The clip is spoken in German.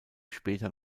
später